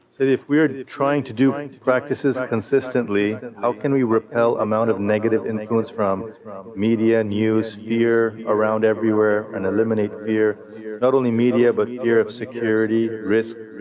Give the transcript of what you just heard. if we are trying to do practices consistently how can we repel amount of negative influence from from media news fear around everywhere and eliminate fear not only media but yeah fear of security, rizq?